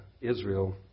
Israel